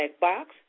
Box